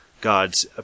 God's